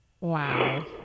wow